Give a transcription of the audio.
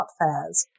fairs